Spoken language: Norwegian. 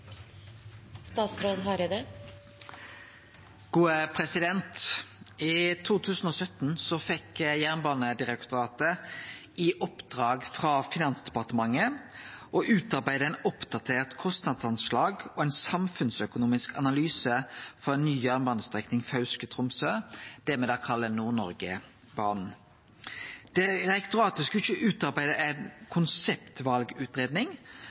I 2017 fekk Jernbanedirektoratet i oppdrag frå Finansdepartementet å utarbeide eit oppdatert kostnadsanslag og ein samfunnsøkonomisk analyse for ei ny jernbanestrekning Fauske–Tromsø, det me kallar Nord-Noregbanen. Direktoratet skulle ikkje utarbeide ei konseptvalutgreiing, men følgje konsekvensutgreiingsmetodikken så langt som hensiktsmessig. Kostnadsanslaget skulle